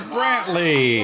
Brantley